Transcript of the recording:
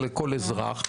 אלא לכל אזרח.